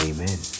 Amen